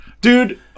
Dude